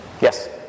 Yes